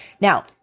Now